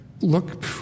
look